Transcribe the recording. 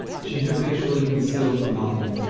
she habitually concealed her mind,